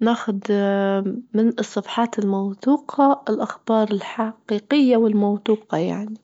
وبنأخد من الصفحات الموثوقة الأخبار الحقيقية والموثوقة يعني.